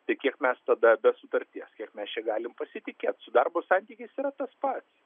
tai kiek mes tada be sutarties kiek mes čia galime pasitikėt su darbo santykiais yra tas pats